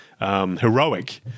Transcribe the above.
Heroic